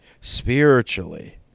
spiritually